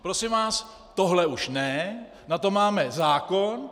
Prosím vás, tohle už ne, na to máme zákon...